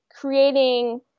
creating